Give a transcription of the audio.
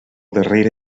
darrere